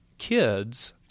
kids